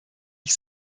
ich